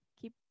keep